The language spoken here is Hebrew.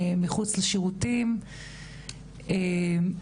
בחדרי השירותים ואני